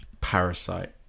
parasite